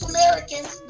Americans